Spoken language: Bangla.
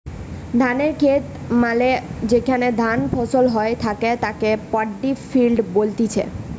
ধানের খেত মানে যেখানে ধান ফসল হই থাকে তাকে পাড্ডি ফিল্ড বলতিছে